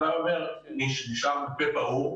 החקלאי נשאר עם פה פעור,